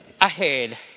ahead